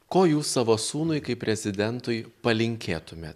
ko jūs savo sūnui kaip prezidentui palinkėtumėt